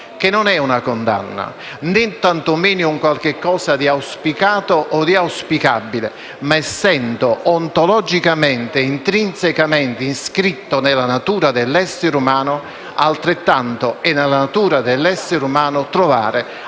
che non è una condanna, tanto meno qualcosa di auspicato o di auspicabile; piuttosto, essendo ontologicamente, intrinsecamente iscritto nella natura dell'essere umano, altrettanto è nella natura dell'essere umano trovare